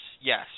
Yes